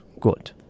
good